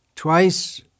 Twice